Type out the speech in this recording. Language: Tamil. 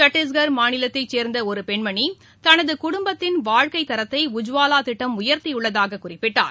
சத்தீஷ்கர் மாநிலத்தைசேர்தஒருபெண்மணிதனதுகுடும்பத்தில் வாழ்க்கைத்தரத்தை உஜ்வாவாதிட்டம் உயர்த்தியுள்ளதாககுறிப்பிட்டார்